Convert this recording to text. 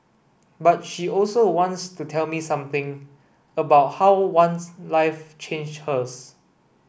but she also wants to tell me something about how ones life changed hers